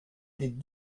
des